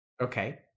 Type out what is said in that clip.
Okay